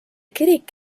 kirik